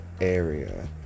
area